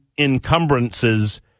encumbrances